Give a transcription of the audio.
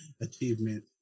achievement